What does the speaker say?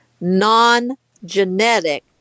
Non-Genetic